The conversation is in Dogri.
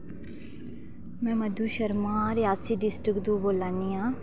में मधु शर्मा रियासी डिस्ट्रिक्ट दा बोल्ला नी आं